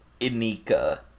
Inika